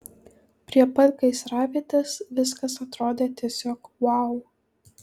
prie pat gaisravietės viskas atrodė tiesiog vau